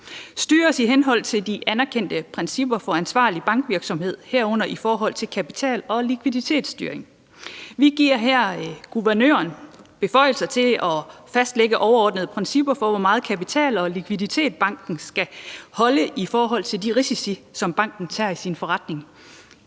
styres i henholdt til de anerkendte principper for ansvarlig bankvirksomhed, herunder i forhold til kapital- og likviditetsstyring. Vi giver her guvernøren beføjelser til at fastlægge overordnede principper for, hvor meget kapital og likviditet banken skal holde i forhold til de risici, som banken tager i sin forretning.